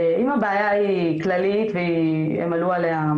אם הבעיה היא כללית והם עלו עליה,